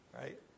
Right